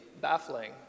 baffling